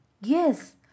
Yes